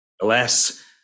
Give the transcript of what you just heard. Alas